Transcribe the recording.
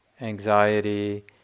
anxiety